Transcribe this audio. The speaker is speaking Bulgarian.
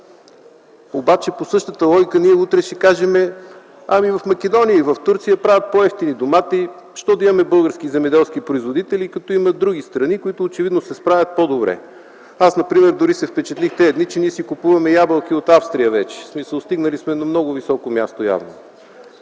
обаче по същата логика утре ще кажем: „Ами в Македония и в Турция правят по-евтини домати. Защо да имаме български земеделски производители, като има други страни, които очевидно се справят по-добре?” Аз например дори се впечатлих тези дни, че си купуваме ябълки от Австрия вече, в смисъл, стигнали сме явно до много високо място.